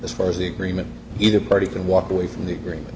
as far as the agreement either party can walk away from the agreement